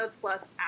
plus